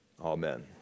Amen